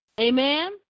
Amen